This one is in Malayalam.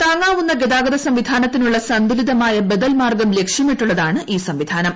താങ്ങാവുന്ന ഗതാഗത സംവിധാനത്തിനുള്ള സന്തുലിതമായ ബദൽ മാർഗ്ഗം ലക്ഷ്യമിട്ടുള്ളതാണ് ഈ സംവിധാനം